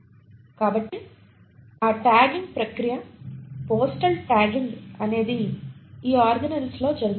కాబట్టి ఆ ట్యాగింగ్ ప్రక్రియ పోస్టల్ ట్యాగింగ్ అనేది ఈ ఆర్గనేల్స్ లో జరుగుతుంది